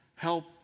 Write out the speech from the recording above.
Help